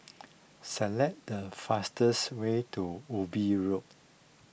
select the fastest way to Ubi Road